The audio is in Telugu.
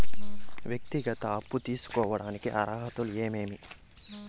వ్యక్తిగత అప్పు తీసుకోడానికి అర్హతలు ఏమేమి